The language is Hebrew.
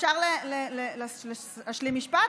אבל אפשר להשלים משפט,